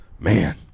Man